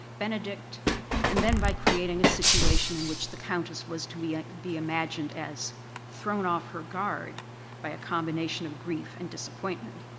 benedict and then by creating a situation in which the countess was to be imagined as thrown off her guard by a combination of grief and disappointment.